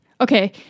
okay